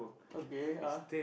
okay uh